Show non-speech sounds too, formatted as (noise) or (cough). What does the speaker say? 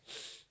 (noise)